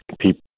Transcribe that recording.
people